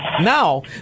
Now